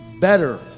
better